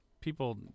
people